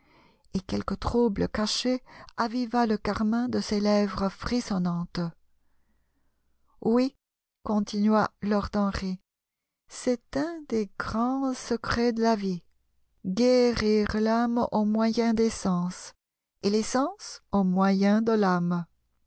et quelque trouble caché aviva le carmin de ses lèvres frissonnantes oui continua lord henry c'est un des grands secrets de la vie guérir l'âme au moyen des sens et les sens au moyen de l'âme